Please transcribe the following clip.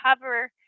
cover